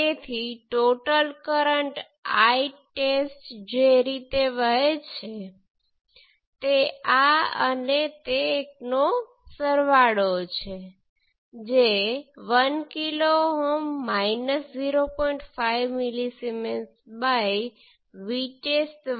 જે પણ current control source માંથી વહે છે જે I2 2 મિલિસિમેન્સ × Vx છે જે V1 જેવું જ છે જે V2 જેવું જ છે